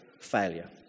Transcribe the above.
failure